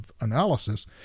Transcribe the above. analysis